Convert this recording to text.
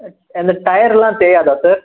இந்த டயரெல்லாம் தேயாதா சார்